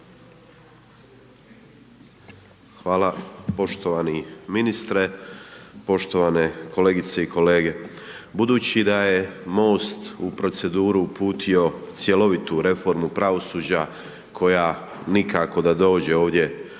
Hvala, poštovani ministre, poštovani kolegice i kolege, budući da je MOST u proceduru uputio cjelovitu reformu pravosuđa koja nikako da dođe ovdje